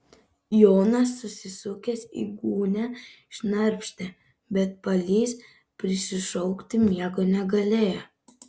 jonas susisukęs į gūnią šnarpštė bet palys prisišaukti miego negalėjo